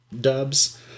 dubs